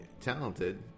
talented